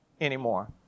anymore